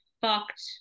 fucked